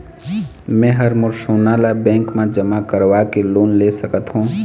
मैं हर मोर सोना ला बैंक म जमा करवाके लोन ले सकत हो?